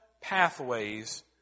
pathways